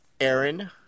Aaron